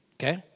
Okay